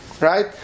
Right